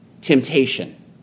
temptation